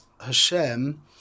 Hashem